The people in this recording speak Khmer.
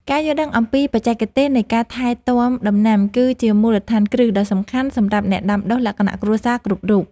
ការយល់ដឹងអំពីបច្ចេកទេសនៃការថែទាំដំណាំគឺជាមូលដ្ឋានគ្រឹះដ៏សំខាន់សម្រាប់អ្នកដាំដុះលក្ខណៈគ្រួសារគ្រប់រូប។